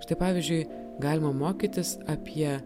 štai pavyzdžiui galima mokytis apie